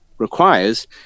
requires